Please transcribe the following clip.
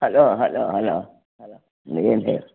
hello hello hello hello ಏನು ಹೇಳಿರಿ